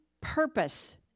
purpose